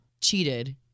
cheated